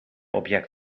object